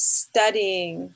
studying